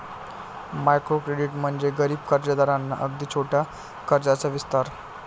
micro credit म्हणजे गरीब कर्जदारांना अगदी छोट्या कर्जाचा विस्तार